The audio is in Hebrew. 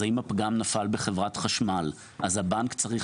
אז אם הפגם נפל בחברת החשמל הבנק צריך